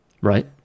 right